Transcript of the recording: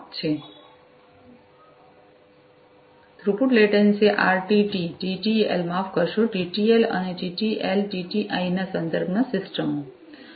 design પડકારો પરંપરાગત સંચાર સાથે વિવિધ પડકારો છે થ્રુપુટ લેટન્સી આરટીટી ટીટીએલ માફ કરશો ટીટીએલ અને ટીટીએલ ટીટીઆઈ ના સંદર્ભમાં સિસ્ટમો